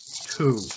Two